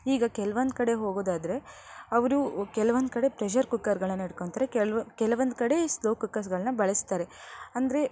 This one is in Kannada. ಈಗ ಕೆಲ್ವೊಂದು ಕಡೆ ಹೋಗುವುದಾದ್ರೆ ಅವರು ಕೆಲ್ವೊಂದು ಕಡೆ ಪ್ರೆಷರ್ ಕುಕ್ಕರ್ಗಳನ್ನು ಇಟ್ಕೋತಾರೆ ಕೆಲ್ವು ಕೆಲವೊಂದು ಕಡೆ ಸ್ಲೋ ಕುಕ್ಕರ್ಸ್ಗಳನ್ನ ಬಳಸ್ತಾರೆ ಅಂದರೆ